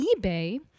eBay